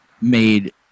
made